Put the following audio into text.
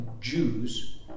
Jews